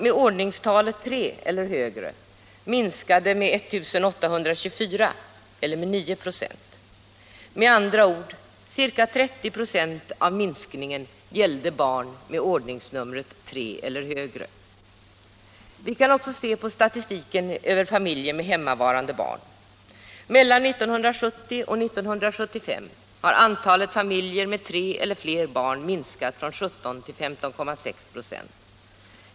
Mellan 1970 och 1975 har antalet familjer med tre eller fler barn minskat från 17 till 15,6 96.